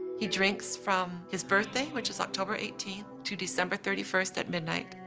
he drinks from his birthday, which is october eighteenth, to december thirty first at midnight,